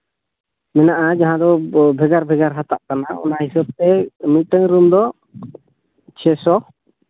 ᱦᱮᱱᱟᱜᱼᱟ ᱡᱟᱦᱟᱸ ᱫᱚ ᱵᱷᱮᱜᱟᱨ ᱵᱷᱮᱜᱟᱨ ᱦᱟᱛᱟᱜ ᱠᱟᱱᱟ ᱚᱱᱟ ᱦᱤᱥᱟᱹᱵᱽ ᱛᱮ ᱢᱤᱫᱴᱮᱱ ᱨᱩᱢ ᱫᱚ ᱪᱷᱚᱭ ᱥᱚ